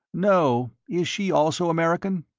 no. is she also american?